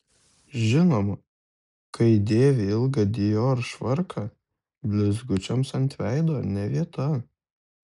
žinoma kai dėvi ilgą dior švarką blizgučiams ant veido ne vieta